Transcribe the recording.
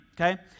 okay